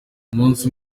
umunsi